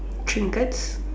trinkets